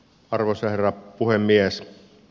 arvoisa herra puhemies